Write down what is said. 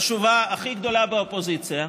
חשובה, הכי גדולה באופוזיציה,